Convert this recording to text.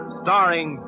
starring